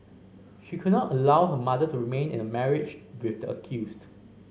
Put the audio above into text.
she could not allow her mother to remain in a marriage with the accused